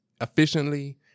efficiently